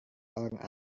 orang